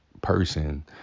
person